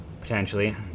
Potentially